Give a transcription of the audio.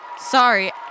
Sorry